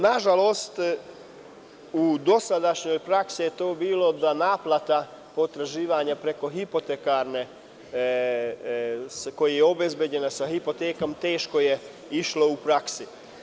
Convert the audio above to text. Nažalost, u dosadašnjoj praksi je bilo da naplata potraživanja preko, koji je obezbeđen sa hipotekom, teško je išlo u praksi.